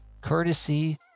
courtesy